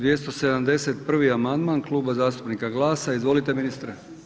271. amandman Kluba zastupnika GLAS-a, izvolite ministre.